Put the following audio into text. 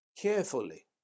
carefully